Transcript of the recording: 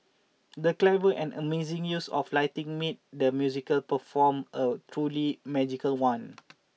the clever and amazing use of lighting made the musical perform a truly magical one